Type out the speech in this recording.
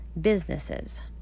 businesses